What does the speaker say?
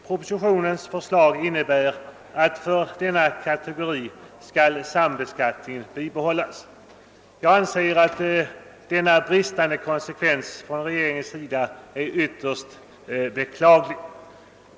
Propositionens förslag innebär att för denna kategori skall sambeskattningen bibehållas. Jag anser att denna bristande konsekvens från regeringens sida är ytterst beklaglig.